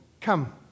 Come